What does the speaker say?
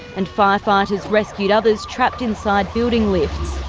and firefighters rescued others trapped inside building lifts.